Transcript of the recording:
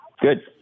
Good